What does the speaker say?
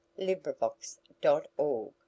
Librivox.org